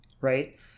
right